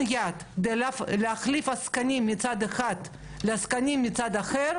יד להחליף עסקנים מצד אחד לעסקים מצד אחר,